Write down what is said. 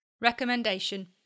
Recommendation